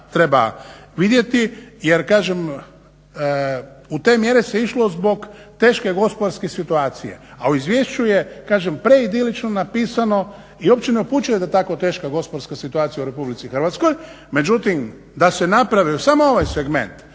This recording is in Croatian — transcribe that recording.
treba vidjeti. Jer kažem u te mjere se išlo zbog teške gospodarske situacije, a u izvješću je kažem preidilično napisano i uopće ne upućuje da je tako teška gospodarska situacija u RH. Međutim, da se napravio samo ovaj segment